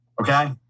Okay